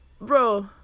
bro